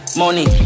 money